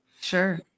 Sure